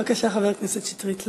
בבקשה, חבר הכנסת שטרית.